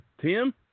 Tim